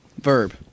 Verb